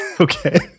Okay